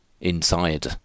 inside